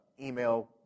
email